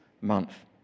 month